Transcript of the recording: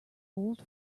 old